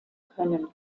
können